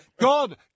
God